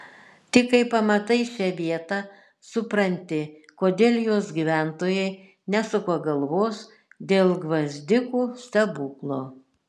tik kai pamatai šią vietą supranti kodėl jos gyventojai nesuka galvos dėl gvazdikų stebuklo